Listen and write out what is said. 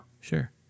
sure